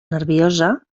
nerviosa